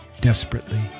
desperately